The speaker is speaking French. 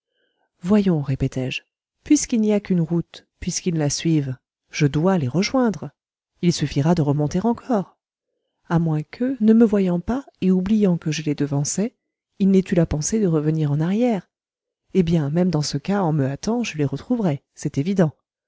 voyons répétai-je puisqu'il n'y a qu'une route puisqu'ils la suivent je dois les rejoindre il suffira de remonter encore a moins que ne me voyant pas et oubliant que je les devançais ils n'aient eu la pensée de revenir en arrière eh bien même dans ce cas en me hâtant je les retrouverai c'est évident